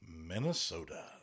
Minnesota